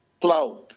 cloud